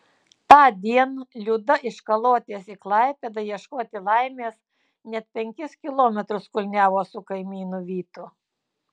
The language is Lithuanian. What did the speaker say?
tądien liuda iš kalotės į klaipėdą ieškoti laimės net penkis kilometrus kulniavo su kaimynu vytu